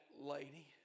lady